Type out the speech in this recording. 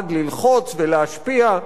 נועד ללחוץ ולהשפיע.